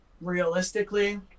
realistically